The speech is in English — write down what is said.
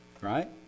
Right